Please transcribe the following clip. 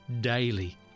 daily